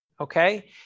Okay